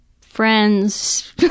friends